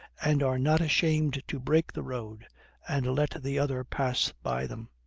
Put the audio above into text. and are not ashamed to break the road and let the other pass by them.